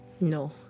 No